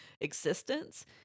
existence